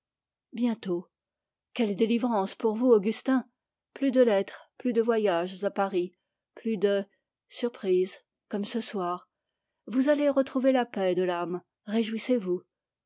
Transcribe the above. bientôt quelle délivrance pour vous augustin plus de lettres plus de voyages à paris plus de surprises comme ce soir vous allez retrouver la paix de l'âme réjouissez-vous